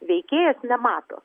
veikėjas nemato